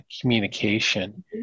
communication